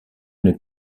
une